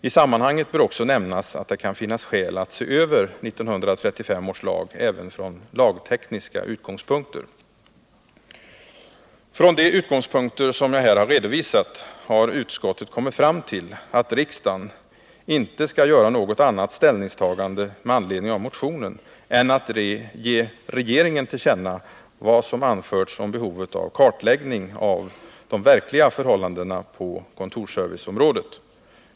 I sammanhanget bör också nämnas att det även från lagtekniska utgångspunkter kan finnas skäl att se över 1935 års lag. Från de utgångspunkter som jag här har redovisat har utskottet kommit fram till att riksdagen icke skall göra något annat ställningstagande med anledning av motionen än att ge regeringen till känna vad som anförts om behovet av kartläggning av de verkliga förhållandena på kontorsserviceområdet.